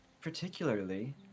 particularly